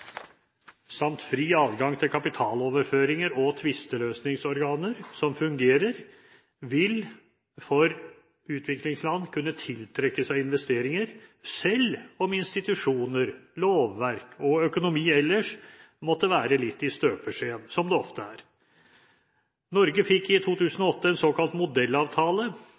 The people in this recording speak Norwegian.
samt fri adgang til kapitaloverføringer og tvisteløsningsorganer som fungerer, vil for utviklingsland kunne tiltrekke seg investeringer selv om institusjoner, lovverk og økonomi ellers måtte være litt i støpeskjeen, slik det ofte er. Norge fikk i 2008 en såkalt modellavtale